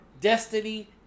Destiny